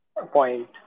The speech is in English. Point